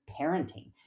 parenting